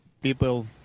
People